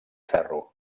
ferro